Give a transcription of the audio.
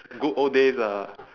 good old days ah